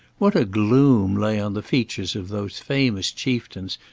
what a gloom lay on the features of those famous chieftains,